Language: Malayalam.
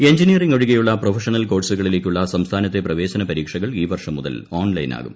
എഞ്ചിനീയറിങ് ഒഴികെയുള്ള പ്രൊഫഷണൽ കോഴ്സുകളിലേക്കുള്ള സംസ്ഥാനത്തെ പ്രവേശന പരീക്ഷകൾ ഈ വർഷം മുതൽ ഓൺലൈനാകും